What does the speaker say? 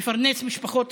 מפרנס משפחות.